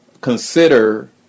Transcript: consider